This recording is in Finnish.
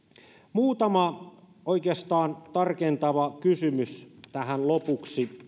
muutama oikeastaan tarkentava kysymys tähän lopuksi